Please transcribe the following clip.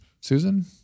Susan